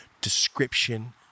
description